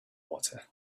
water